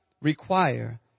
require